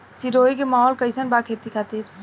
सिरोही के माहौल कईसन बा खेती खातिर?